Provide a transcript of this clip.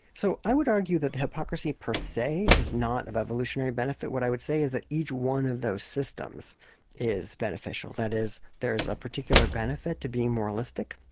so i would argue that hypocrisy per se is not of evolutionary benefit. what i would say is that each one of those systems is beneficial. that is, there's a particular benefit to being moralistic,